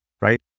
right